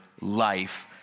life